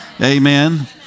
Amen